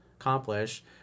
accomplish